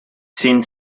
seemed